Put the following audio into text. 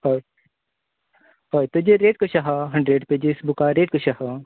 हय हय तेजी रेट कशी हा हंड्रेड पेजीस बुका रेट कशी आसा